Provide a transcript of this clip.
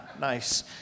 nice